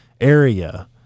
area